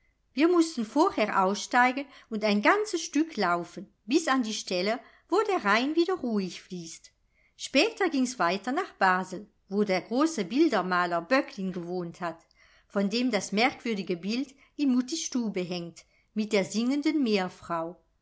wir mußten vorher aussteigen und ein ganzes stück laufen bis an die stelle wo der rhein wieder ruhig fließt später gings weiter nach basel wo der große bildermaler böcklin gewohnt hat von dem das merkwürdige bild in muttis stube hängt mit der singenden meerfrau